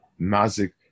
Mazik